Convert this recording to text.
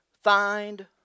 find